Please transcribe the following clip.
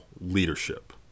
leadership